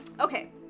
okay